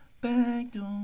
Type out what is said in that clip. Backdoor